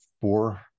four